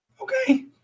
Okay